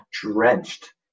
drenched